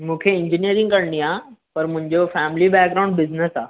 मूंखे इंजीनियरिंग करणी आहे पर मुंहिजो फैमिली बैकग्राउंड बिज़नेस आहे